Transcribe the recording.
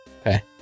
Okay